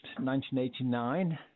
1989